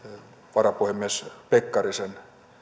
varapuhemies pekkarisen